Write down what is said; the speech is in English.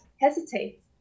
Hesitate